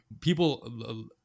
people